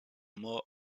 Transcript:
more